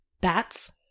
Bats